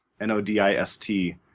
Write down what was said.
N-O-D-I-S-T